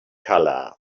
color